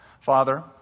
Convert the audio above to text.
Father